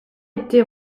été